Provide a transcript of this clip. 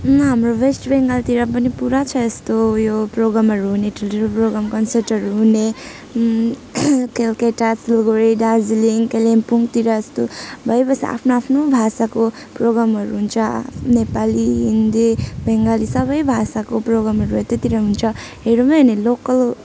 हाम्रो वेस्ट बङ्गालहरूतिर पनि पुरा छ यस्तो ऊ यो प्रोग्रामहरू हुने ठुल्ठुलो प्रोग्राम कन्सर्टहरू हुने कोलकत्ता सिलगुडी दार्जिलिङ कालिम्पोङतिर यस्तो भइबस्छ आफ्नो आफ्नो भाषाको प्रोग्रामहरू हुन्छ नेपाली हिन्दी बङ्गाली सबै भाषाको प्रोग्रामहरू यतैतिर हुन्छ हेरौँ है अनि लोकल